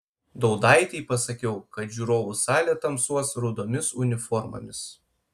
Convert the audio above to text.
daudaitei pasakiau kad žiūrovų salė tamsuos rudomis uniformomis